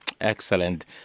Excellent